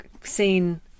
seen